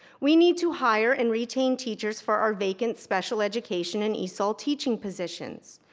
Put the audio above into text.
we need to hire and retain teachers for our vacant special education and esl teaching positions.